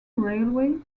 railway